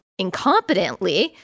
incompetently